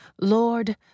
Lord